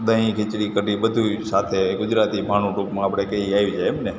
દહીં ખીચડી કઢી બધુંય સાથે ગુજરાતી ભાણું ટૂંકમાં આપણે કહીએ એ આવી જાય એમ ને